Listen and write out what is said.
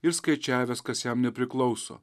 ir skaičiavęs kas jam nepriklauso